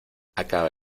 acaba